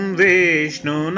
vishnu